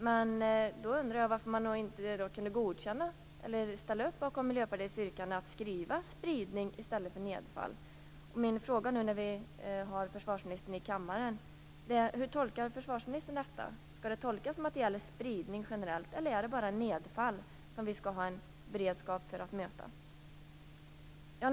Jag undrar därför varför man inte kunde ställa sig upp bakom Miljöpartiets yrkande om att skriva spridning i stället för nedfall. Mina frågor när vi nu har försvarsministern i kammaren blir: Hur tolkar försvarsministern detta? Är det fråga om spridning generellt, eller skall vi bara ha en beredskap för att möta nedfall?